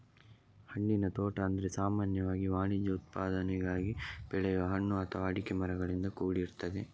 ಹಣ್ಣಿನ ತೋಟ ಅಂದ್ರೆ ಸಾಮಾನ್ಯವಾಗಿ ವಾಣಿಜ್ಯ ಉತ್ಪಾದನೆಗಾಗಿ ಬೆಳೆಯುವ ಹಣ್ಣು ಅಥವಾ ಅಡಿಕೆ ಮರಗಳಿಂದ ಕೂಡಿರ್ತದೆ